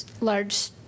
large